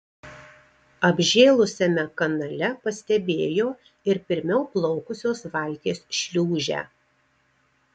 apžėlusiame kanale pastebėjo ir pirmiau plaukusios valties šliūžę